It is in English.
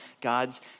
God's